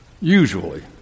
usually